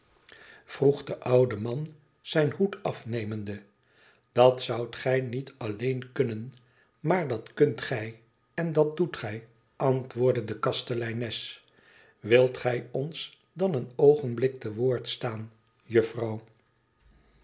vroeg de oude man zijn hoed afnemende dat zoudt gij niet alleen kunnen maar dat kunt gij en dat doet gij antwoordde de kasteleines wilt gij ons dan een oogenblik te woord staan